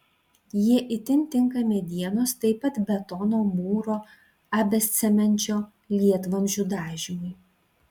jie itin tinka medienos taip pat betono mūro asbestcemenčio lietvamzdžių dažymui